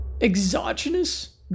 Exogenous